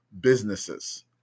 businesses